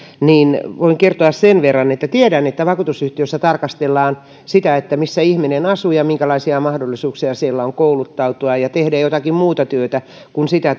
voin kertoa sen verran että tiedän että vakuutusyhtiössä tarkastellaan sitä missä ihminen asuu ja minkälaisia mahdollisuuksia siellä on kouluttautua ja tehdä jotakin muuta työtä kuin sitä